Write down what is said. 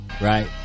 Right